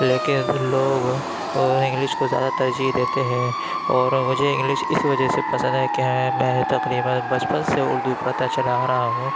لیکن لوگ انگلش کو زیادہ ترجیح دیتے ہیں اور مجھے انگلش اِس وجہ سے پسند ہے کہ میں تقریباً بچپن سے اُردو پڑھتا چلا آ رہا ہوں